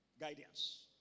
guidance